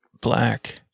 black